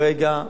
כרגע,